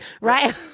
Right